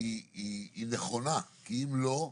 היא נכונה כי אם לא,